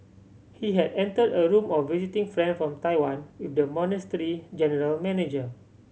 he had enter a room of visiting friend from Taiwan with the monastery's general manager